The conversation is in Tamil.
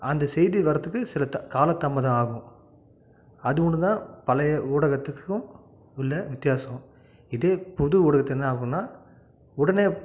அந்த செய்தி வர்றத்துக்கு காலத்தாமதம் ஆகும் அது ஒன்றுதான் பழைய ஊடகத்துக்கும் உள்ள வித்தியாசம் இதே புது ஊடகத்து என்ன ஆகும்னா உடனே